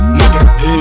nigga